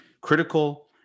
critical